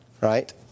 right